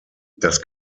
das